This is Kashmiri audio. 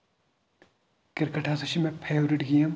کِرکَٹ ہسا چھِ مےٚ فیورِٹ گیم